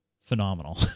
phenomenal